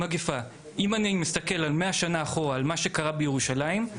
אם אני מסתכל 100 שנה אחורה על מה שקרה בירושלים,